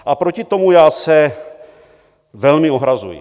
A proti tomu já se velmi ohrazuji.